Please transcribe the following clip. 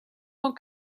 temps